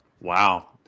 Wow